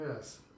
Yes